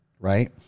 Right